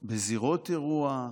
בזירות אירוע,